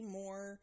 more